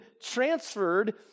transferred